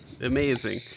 Amazing